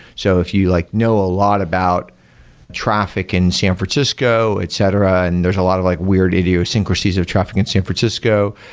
so if you like know a lot about traffic in san francisco, etc, and there's a lot alike like weird idiosyncrasies of traffic in san francisco,